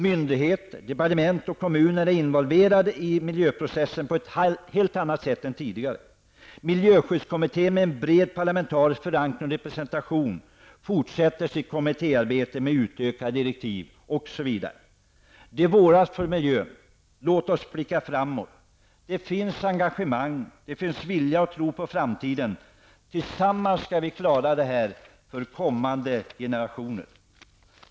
Myndigheter, departement och kommuner är involverade i miljöprocessen på ett helt annat sätt än tidigare. Miljöskyddskommittén, med bred parlamentarisk förankring, fortsätter sitt arbete med utökade direktiv, osv. Det våras för miljön. Låt oss blicka framåt. Det finns engagemang. Det finns vilja och tro på framtiden. Tillsammans skall vi klara det här för kommande generationer.